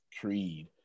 creed